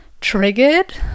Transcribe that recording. triggered